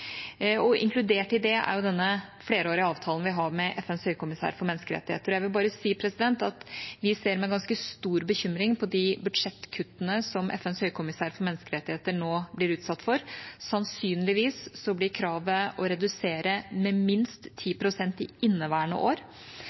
Inkludert i det er den flerårige avtalen vi har med FNs høykommissær for menneskerettigheter, og jeg vil bare si at vi ser med ganske stor bekymring på de budsjettkuttene FNs høykommissær for menneskerettigheter nå blir utsatt for. Sannsynligvis blir kravet å redusere med minst 10 pst. i inneværende år.